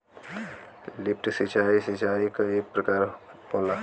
lift सिंचाई, सिंचाई क एक प्रकार होला